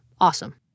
awesome